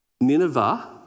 Nineveh